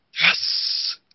Yes